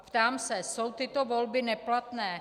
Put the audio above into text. Ptám se: Jsou tyto volby neplatné?